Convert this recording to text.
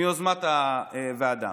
ביוזמת הוועדה.